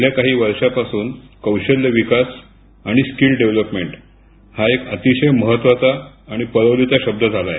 गेल्या काही वर्षांपासून कौशल्य विकास आणि स्किल डेव्हलपमेंट हा एक अतिशय महत्वाचा आणि परवलीचा शब्द झाला आहे